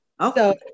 Okay